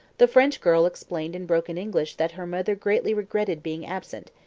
the french girl explained in broken english that her mother greatly regretted being absent,